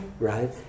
Right